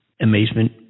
amazement